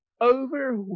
over